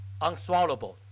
unswallowable